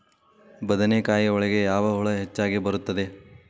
ಬದನೆಕಾಯಿ ಒಳಗೆ ಯಾವ ಹುಳ ಹೆಚ್ಚಾಗಿ ಬರುತ್ತದೆ?